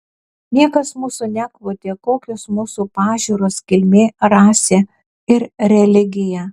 niekas mūsų nekvotė kokios mūsų pažiūros kilmė rasė ir religija